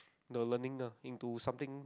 the learning the into something